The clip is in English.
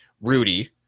Rudy